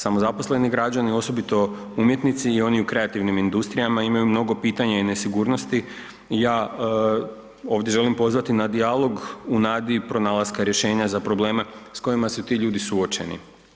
Samozaposleni građani osobito umjetnici i oni u kreativnim industrijama imaju mnogo pitanja i nesigurnosti, ja ovdje želim pozvati na dijalog u nadi pronalaska rješenja za probleme s kojima su ti ljudi suočeni.